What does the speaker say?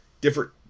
different